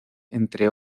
entre